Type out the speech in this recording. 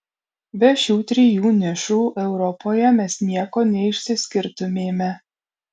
be šių trijų nišų europoje mes nieko neišsiskirtumėme